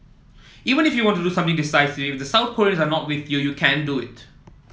even if you want to do something decisive if the South Koreans are not with you you can't do it